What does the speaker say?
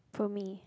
for me